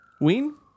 Ween